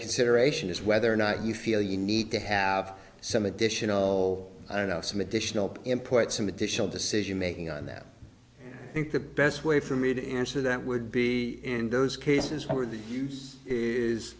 consideration is whether or not you feel you need to have some additional i don't know some additional input some additional decision making on that i think the best way for me to answer that would be in those cases where the use is